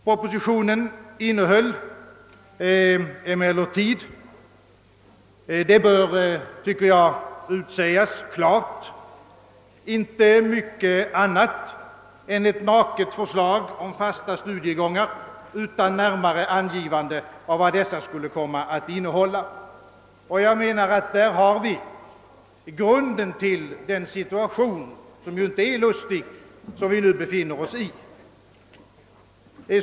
Propositionen innehöll emellertid — det bör klart utsägas — inte mycket annat än ett naket förslag om fasta studiegångar' utan närmare angivande av vad dessa skulle komma att innehålla. Jag menar, att detta är grunden till den inte särskilt lustiga situation som vi nu befinner oss i.